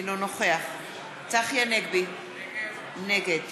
אינו נוכח צחי הנגבי, נגד